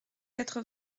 quatre